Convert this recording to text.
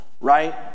right